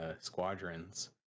Squadrons